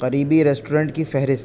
قریبی ریسٹورنٹ کی فہرست